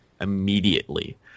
immediately